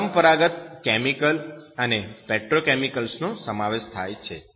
પરંપરાગત કેમિકલ અને પેટ્રોકેમિકલ્સ નો સમાવેશ થાય છે